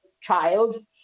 child